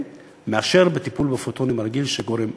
מאשר הטיפול הרגיל בפוטונים שגורם נזק.